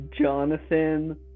Jonathan